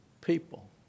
people